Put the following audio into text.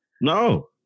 No